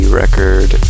record